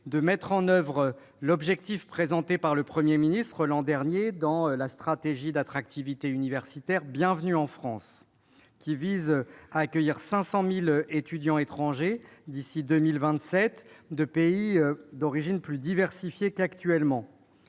de mettre en oeuvre l'objectif présenté par le Premier ministre l'an dernier dans la stratégie d'attractivité universitaire « Bienvenue en France », qui vise à accueillir 500 000 étudiants étrangers en France de pays d'origine plus diversifiée qu'actuellement